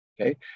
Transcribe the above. Okay